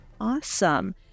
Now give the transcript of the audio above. Awesome